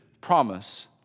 promise